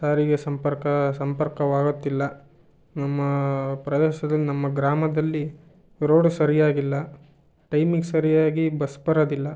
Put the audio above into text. ಸಾರಿಗೆ ಸಂಪರ್ಕ ಸಂಪರ್ಕವಾಗುತ್ತಿಲ್ಲ ನಮ್ಮ ಪ್ರದೇಶದಲ್ಲಿ ನಮ್ಮ ಗ್ರಾಮದಲ್ಲಿ ರೋಡು ಸರಿಯಾಗಿಲ್ಲ ಟೈಮಿಗೆ ಸರಿಯಾಗಿ ಬಸ್ ಬರೋದಿಲ್ಲ